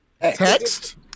Text